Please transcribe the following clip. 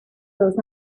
dos